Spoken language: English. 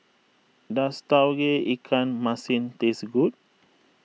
does Tauge Ikan Masin taste good